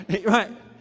Right